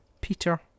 Peter